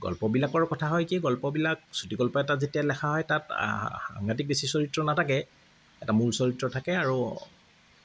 গল্পবিলাকৰ কথা হয় কি গল্পবিলাক চুটিগল্প এটা যেতিয়া লিখা হয় তাত সাংঘাতিক বেছি চৰিত্ৰ নাথাকে এটা মূল চৰিত্ৰ থাকে আৰু